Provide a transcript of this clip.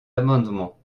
amendement